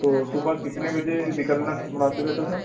تو صبح کتنے بجے نکلنا مناسب رہتا سر